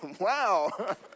wow